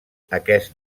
aquest